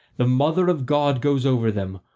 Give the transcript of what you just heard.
the mother of god goes over them,